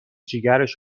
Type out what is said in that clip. جیگرش